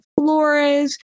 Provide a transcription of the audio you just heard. flores